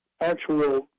actual